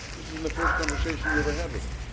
isn't the first conversation you've had with them.